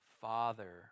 father